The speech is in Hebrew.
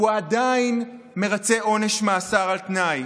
שהוא עדיין מרצה עונש מאסר על תנאי.